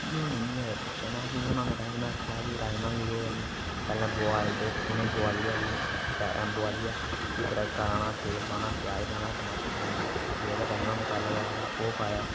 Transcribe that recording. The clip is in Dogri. ते प्ही में मम्मियै गी पुच्छेआ कि कि'यां बनाना उ'नें आखेआ कि राजमां गी केह् करना कि पैह्लें बोआलदे प्ही केह् करना कि प्ही बोआलियै तड़का लाना प्ही तेल पाना प्याज पाना प्ही टमाटर पाने जेह्का राजमां मसाला लगदा ओह् पाया